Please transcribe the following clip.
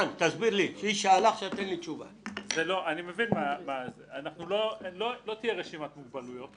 לא תהיה רשימת מוגבלויות,